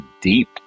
deep